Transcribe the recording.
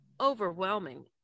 overwhelming